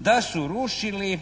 da su rušili